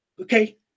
okay